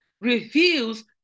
Refuse